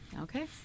Okay